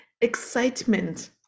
excitement